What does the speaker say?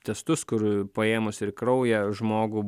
testus kur paėmus ir kraują žmogų